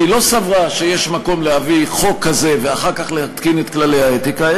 היא לא סברה שיש מקום להביא חוק כזה ואחר כך להתקין את כללי האתיקה,